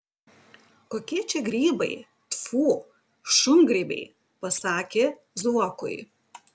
kokie čia grybai tfu šungrybiai pasakė zuokui